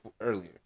earlier